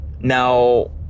Now